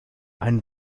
ein